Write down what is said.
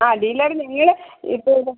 ആ ഡീലറ് നിങ്ങൾ ഇപ്പോൾ ഇത